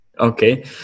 Okay